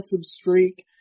streak